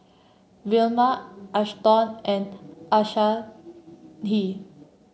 Vilma Ashton and Anahi Lee